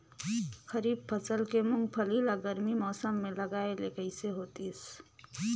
खरीफ फसल के मुंगफली ला गरमी मौसम मे लगाय ले कइसे होतिस?